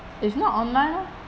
if not online lor